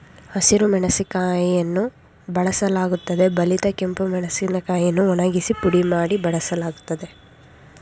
ಹಸಿರು ಮೆಣಸಿನಕಾಯಿಯನ್ನು ಬಳಸಲಾಗುತ್ತದೆ ಬಲಿತ ಕೆಂಪು ಕಾಯಿಯನ್ನು ಒಣಗಿಸಿ ಪುಡಿ ಮಾಡಿ ಬಳಸಲಾಗ್ತದೆ